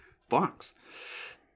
Fox